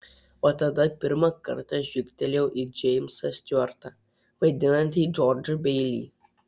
o tada pirmą kartą žvilgtelėjau į džeimsą stiuartą vaidinantį džordžą beilį